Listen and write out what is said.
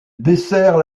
dessert